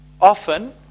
often